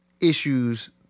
issues